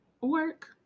work